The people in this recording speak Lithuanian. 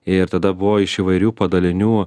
ir tada buvo iš įvairių padalinių